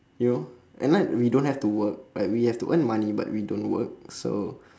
you know at night we don't have to work but we have to earn money but we don't work so